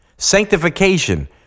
Sanctification